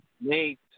Nate